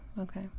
Okay